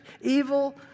evil